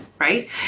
Right